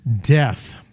death